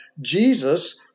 Jesus